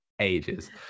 ages